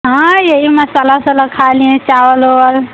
हाँ यही मैं तला सला खा लिये हैं चावल और